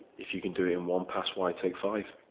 if you can do it in one pass, why take five?